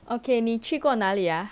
okay 你去过哪里 ah